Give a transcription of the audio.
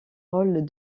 rôle